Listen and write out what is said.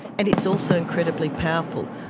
and it's also incredibly powerful.